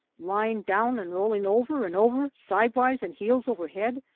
lying down, and rolling over and over, sidewise and heels over head,